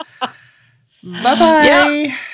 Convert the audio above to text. bye-bye